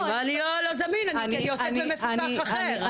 הוא לא זמין כי הוא עוסק מפוקח אחר.